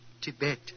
Tibet